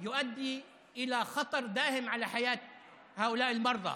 יש משפחות שיש להן מכשירים חשמליים עבור הבן החולה,